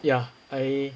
ya I